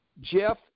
Jeff